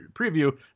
preview